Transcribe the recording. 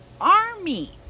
army